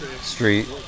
Street